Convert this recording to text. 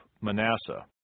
Manasseh